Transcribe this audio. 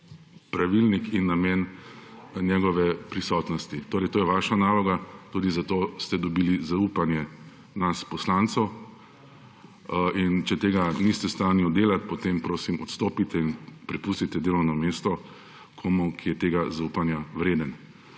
pravilnik in namen njegove prisotnosti. Torej, to je vaša naloga, tudi zato ste dobili zaupanje nas, poslancev in če tega niste v stanju delat, potem prosim odstopite in prepustite delovno mesto komu, ki je tega zaupanja vreden.